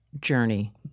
journey